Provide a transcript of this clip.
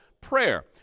prayer